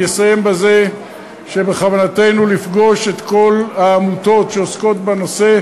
אני אסיים בזה שבכוונתנו לפגוש את כל העמותות שעוסקות בנושא,